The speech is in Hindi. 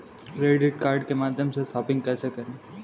क्रेडिट कार्ड के माध्यम से शॉपिंग कैसे करें?